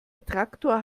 traktor